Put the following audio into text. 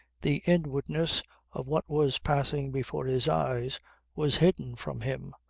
the inwardness of what was passing before his eyes was hidden from him,